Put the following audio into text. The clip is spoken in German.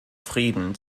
frieden